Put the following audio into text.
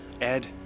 Ed